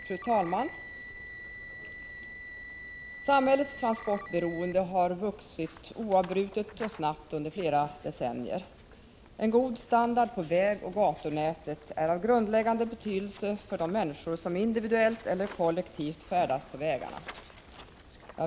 Fru talman! Samhällets transportberoende har vuxit oavbrutet och snabbt under flera decennier. En god standard på vägoch gatunätet är av grundläggande betydelse för de människor som individuellt eller kollektivt färdas på vägarna.